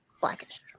Blackish